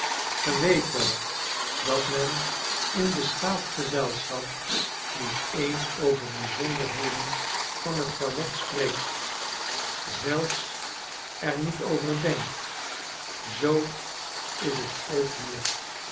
ge weet wel dat men in beschaafd gezelschap niet eens over bizonderheden van het toilet spreekt zelfs er niet over denkt zoo is het ook hier